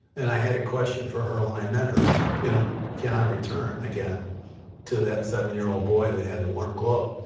and i had a question for her when i met her you know can i return again to that seven year old boy that had the warm glow?